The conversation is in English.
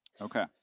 Okay